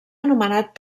anomenat